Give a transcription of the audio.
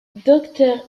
docteur